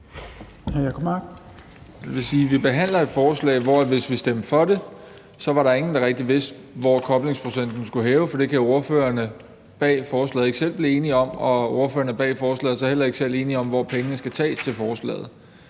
vi stemte for det forslag, vi behandler, var der ingen, der rigtig vidste, hvor meget koblingsprocenten skulle hæves, fordi det kan ordførerne bag forslaget ikke selv blive enige om, og fordi ordførerne bag forslaget så heller ikke selv er enige om, hvor pengene til forslaget